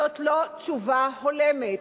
זו לא תשובה הולמת.